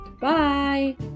bye